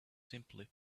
simply